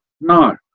No